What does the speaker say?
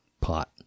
pot